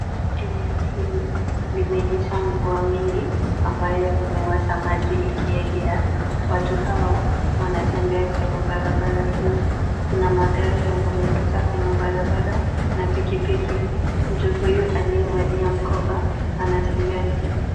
Eneo hili limenyesha mvua mingi ambayo imewacha maji ikiegea. Watu hawa wanatembea kwenye barabara hii. Kuna magari yanayopita kwenye barabara na pikipiki. Mtu huyu aliyevalia mkoba anatembea.